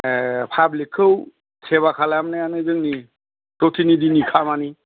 public खौ सेबा खालामनायानो जोंनि प्रतिनिधिनि खामानि